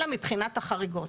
אלא מבחינת החריגות.